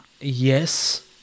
yes